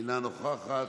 אינה נוכחת.